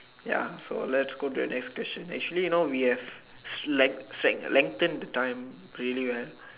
ya so let's go to the next destination actually you know we have lengthen the time train you guys